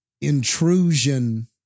intrusion